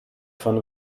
von